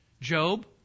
Job